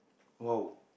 !wow!